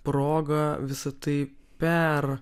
proga visa tai per